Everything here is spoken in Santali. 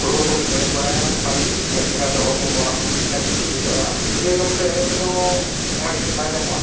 ᱯᱷᱩᱴᱵᱚᱞ ᱠᱚᱜᱮᱧ ᱮᱱᱮᱡ ᱵᱟᱲᱟᱭᱟ ᱚᱱᱟ ᱜᱤᱧ ᱠᱩᱥᱤᱭᱟᱜᱼᱟ ᱪᱤᱠᱟᱛᱮ ᱦᱚᱲᱢᱚ ᱠᱚ ᱚᱱᱟ ᱦᱚᱸ ᱯᱷᱤᱴᱱᱮᱥ ᱵᱩᱡᱷᱟᱹᱜᱼᱟ ᱟᱨ ᱵᱷᱤᱰᱤᱭᱳ ᱜᱮᱢ ᱨᱮ ᱮᱱᱮᱡ ᱨᱮᱫᱚ ᱚᱱᱟ ᱡᱤᱱᱤᱥ ᱵᱟᱭ ᱧᱟᱢᱚᱜᱼᱟ